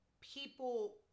people